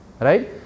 right